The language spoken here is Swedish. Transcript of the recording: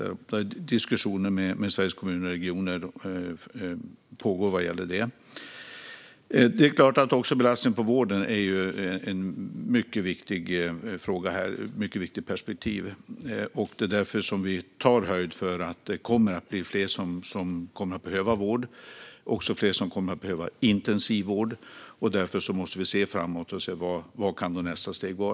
Det pågår diskussioner med Sveriges Kommuner och Regioner i den frågan. Det är klart att belastningen på vården är en mycket viktig fråga. Det är därför vi tar höjd för att fler kommer att behöva vård och att fler kommer att behöva intensivvård. Därför behöver vi se framåt och vad som kan bli nästa steg.